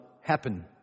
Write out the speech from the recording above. happen